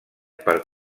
per